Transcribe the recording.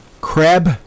Crab